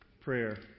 prayer